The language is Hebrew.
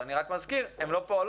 אבל אני רק מזכיר: הם לא פועלות,